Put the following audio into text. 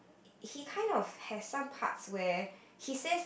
he kind of has some parts where he says